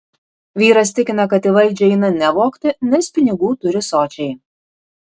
vyras tikina kad į valdžią eina ne vogti nes pinigų turi sočiai